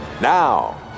Now